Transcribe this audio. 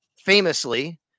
famously